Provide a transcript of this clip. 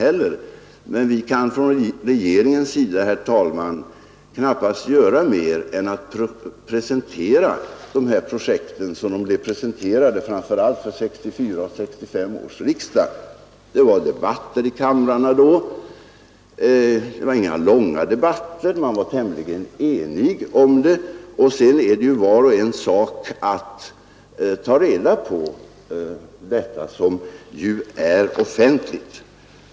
Men vi kan, herr talman, från regeringens sida knappast göra mer än att presentera projekten såsom de blev presenterade framför allt vid 1964 och 1965 års riksdagar. Det var debatter i kamrarna då. Visserligen blev det inga långa debatter, utan man var tämligen enig om förslaget. Sedan är det naturligtvis vars och ens ensak om man vill ta reda på detta, eftersom det är offentligt.